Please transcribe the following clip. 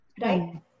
right